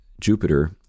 Jupiter